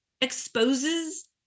exposes